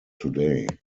today